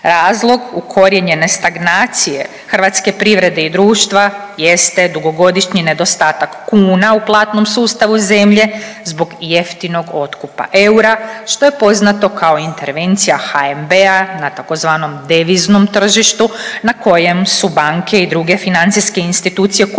Razlog ukorijenjene stagnacije hrvatske privrede i društva jeste dugogodišnji nedostatak kuna u platnom sustavu zemlje zbog jeftinog otkupa eura, što je poznato kao intervencija HNB-a na tzv. deviznom tržištu na kojem su banke i druge financijske institucije kupovale